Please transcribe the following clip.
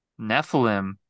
Nephilim